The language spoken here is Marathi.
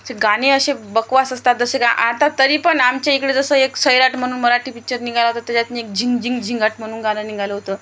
चे गाणे असे बकवास असतात जसे गा आता तरी पण आमच्या इकडे जसं एक सैराट म्हणून मराठी पिक्चर निघाला होतं त्याच्यातून एक झिंग झिंग झिंगाट म्हणून गाणं निघालं होतं